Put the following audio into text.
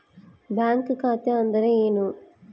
Bank ಖಾತೆ ಅಂದರೆ ಏನು?